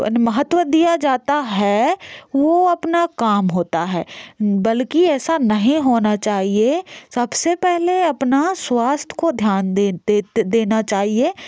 महत्व दिया जाता है वह अपना काम होता है बल्कि ऐसा नहीं होना चाहिए सबसे पहले अपना स्वास्थ्य को ध्यान देना चाहिए